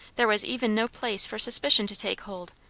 there was even no place for suspicion to take hold,